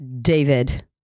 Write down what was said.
David